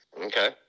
okay